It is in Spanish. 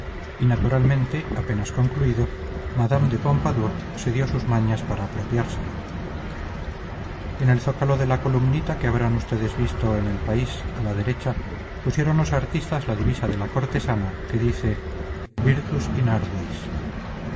y naturalmente apenas concluido madame de pompadour se dio sus mañas para apropiárselo en el zócalo de la columnita que habrán ustedes visto en el país a la derecha pusieron los artistas la divisa de la cortesana que dice virtus in